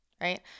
right